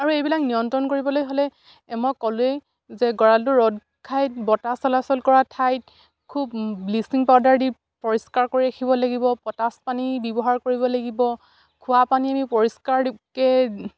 আৰু এইবিলাক নিয়ন্ত্ৰণ কৰিবলৈ হ'লে মই ক'লোৱেই যে গঁৰালটো ৰ'দ ঘাইত বতাহ চলাচল কৰা ঠাইত খুব ব্লিচিং পাউডাৰ দি পৰিষ্কাৰ কৰি ৰাখিব লাগিব পটাচ পানী ব্যৱহাৰ কৰিব লাগিব খোৱা পানী আমি পৰিষ্কাৰকে